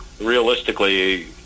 realistically